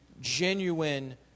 genuine